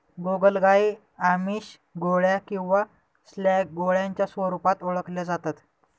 गोगलगाय आमिष, गोळ्या किंवा स्लॅग गोळ्यांच्या स्वरूपात ओळखल्या जाता